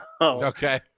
Okay